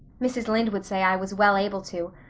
mrs. lynde would say i was well able to.